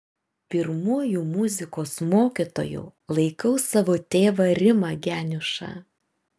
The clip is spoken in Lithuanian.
pirmuoju muzikos mokytoju laikau savo tėvą rimą geniušą